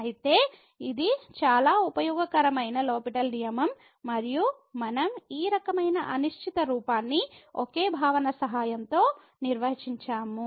అయితే ఇది చాలా ఉపయోగకరమైన లోపిటెల్ L'Hospital నియమం మరియు మనం ఈ రకమైన అనిశ్చిత రూపాన్ని ఒకే భావన సహాయంతో నిర్వహించాము